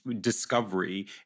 discovery